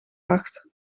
acht